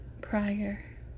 prior